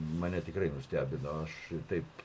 mane tikrai nustebino aš taip